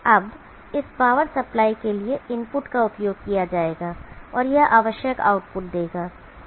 अब इस power supply के लिए इनपुट का उपयोग किया जाएगा और यह आवश्यक आउटपुट देगा